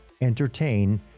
entertain